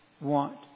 want